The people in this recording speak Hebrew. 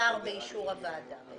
השר באישור הוועדה.